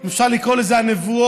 אם אפשר לקרוא לזה הנבואות,